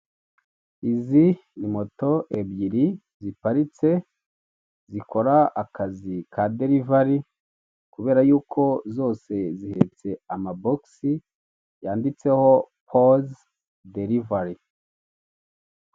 Izi ni moto ebyiri ziparitse zikora akazi ka derivari; kubera yuko zose zihetse ama box yanditseho, ''pose derivari''.